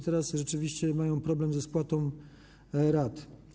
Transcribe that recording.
Teraz rzeczywiście mają problem ze spłatą rat.